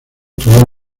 tuvo